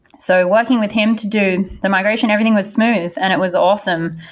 so working with him to do the migration, everything was smooth and it was awesome.